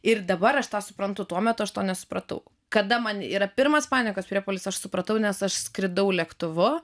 ir dabar aš tą suprantu tuo metu aš to nesupratau kada man yra pirmas panikos priepuolis aš supratau nes aš skridau lėktuvu